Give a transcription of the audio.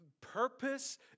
purpose